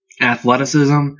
athleticism